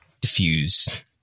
diffuse